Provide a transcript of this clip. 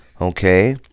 Okay